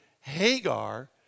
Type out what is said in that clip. Hagar